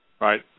Right